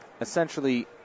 essentially